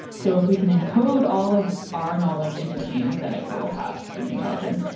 so if we can encode all of our knowledge into machines, then it will have human intelligence.